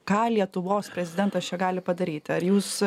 ką lietuvos prezidentas čia gali padaryti ar jūs